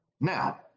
Now